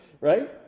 Right